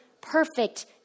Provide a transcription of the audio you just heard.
perfect